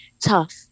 tough